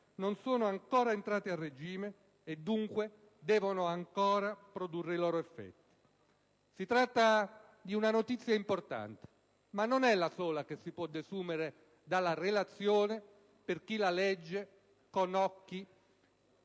non sono ancora entrate a regime e, dunque, devono ancora produrre i loro effetti. Si tratta di una notizia importante, ma non è la sola che si può desumere dalla relazione, per chi la legge con occhi